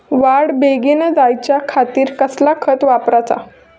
वाढ बेगीन जायच्या खातीर कसला खत वापराचा?